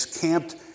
camped